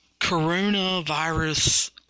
coronavirus